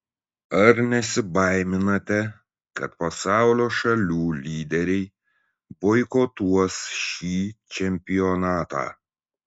ar nesibaiminate kad pasaulio šalių lyderiai boikotuos šį čempionatą